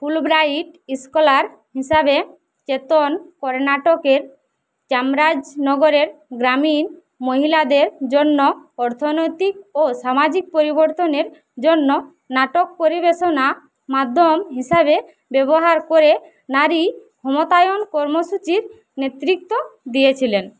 Fulbright scholar হিসাবে চেতন কর্ণাটকের চামরাজনগরের গ্রামীণ মহিলাদের জন্য অর্থনৈতিক ও সামাজিক পরিবর্তনের জন্য নাটক পরিবেশনা মাধ্যম হিসাবে ব্যবহার করে নারী ক্ষমতায়ন কর্মসূচির নেতৃত্ব দিয়েছিলেন